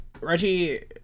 reggie